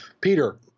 Peter